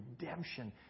redemption